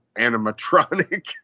animatronic